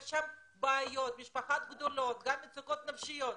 בעיות, משפחות גדולות, גם מצוקות נפשיות.